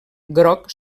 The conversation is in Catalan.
groc